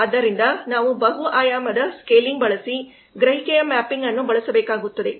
ಆದ್ದರಿಂದ ನಾವು ಬಹುಆಯಾಮದ ಸ್ಕೇಲಿಂಗ್ ಬಳಸಿ ಗ್ರಹಿಕೆಯ ಮ್ಯಾಪಿಂಗ್ ಅನ್ನು ಬಳಸಬೇಕಾಗುತ್ತದೆ